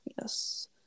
Yes